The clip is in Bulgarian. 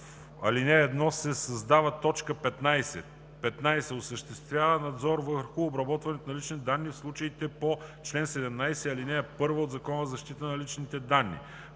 в ал. 1 се създава т. 15: „15. осъществява надзор върху обработването на лични данни в случаите по чл. 17, ал. 1 от Закона за защита на личните данни.“